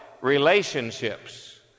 relationships